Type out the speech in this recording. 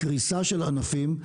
קריסה של ענפים.